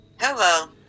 hello